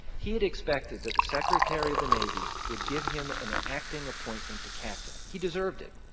he had expected that the secretary of the navy would give him and an acting appointment to captain. he deserved it.